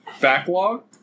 backlog